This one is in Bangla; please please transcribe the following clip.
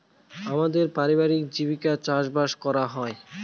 আমাদের পারিবারিক জীবিকা চাষবাস করা হয়